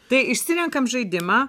tai išsirenkam žaidimą